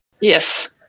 Yes